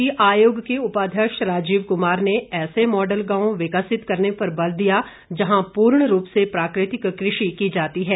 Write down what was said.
नीति आयोग के उपाध्यक्ष राजीव कुमार ने ऐसे मॉडल गांव विकसित करने पर बल दिया जहां पूर्ण रूप से प्राकृतिक कृषि की जाती है